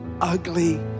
ugly